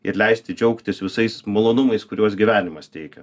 ir leisti džiaugtis visais malonumais kuriuos gyvenimas teikia